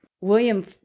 William